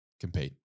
Compete